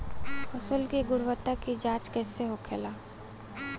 फसल की गुणवत्ता की जांच कैसे होखेला?